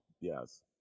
yes